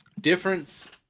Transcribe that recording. Difference